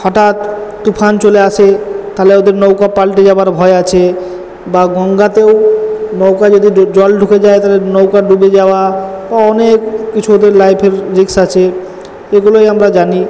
হঠাৎ তুফান চলে আসে তাহলে ওদের নৌকা পাল্টে যাওয়ার ভয় আছে বা গঙ্গাতেও নৌকায় যদি জল ঢুকে যায় তাহলে নৌকা ডুবে যাওয়া ও অনেক কিছু ওদের লাইফের রিস্ক আছে এগুলোই আমরা জানি